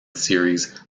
series